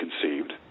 conceived